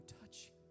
touch